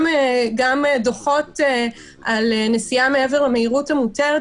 גם דוחות על נסיעה מעבר למהירות המותרת